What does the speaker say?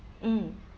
mm